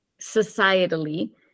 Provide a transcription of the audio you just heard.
societally